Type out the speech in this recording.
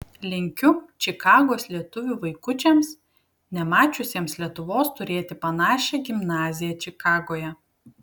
linkiu čikagos lietuvių vaikučiams nemačiusiems lietuvos turėti panašią gimnaziją čikagoje